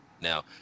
now